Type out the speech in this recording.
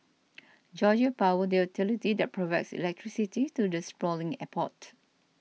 Georgia Power the utility that provides electricity to the sprawling airport